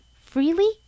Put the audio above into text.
freely